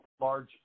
large